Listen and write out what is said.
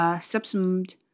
subsumed